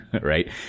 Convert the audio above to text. right